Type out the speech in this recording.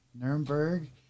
Nuremberg